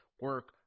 Work